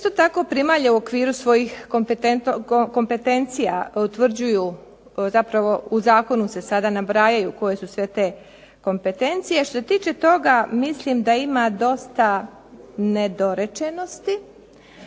Isto tako primalje u okviru svojih kompetencija utvrđuju, zapravo u zakonu se sada nabrajaju koje su sve te kompetencije. Što se tiče toga mislim da ima dosta nedorečenosti,